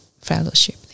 fellowship